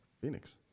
Phoenix